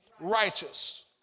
Righteous